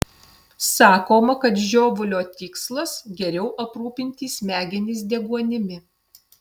sakoma kad žiovulio tikslas geriau aprūpinti smegenis deguonimi